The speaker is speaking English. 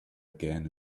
again